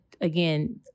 again